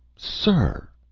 sir!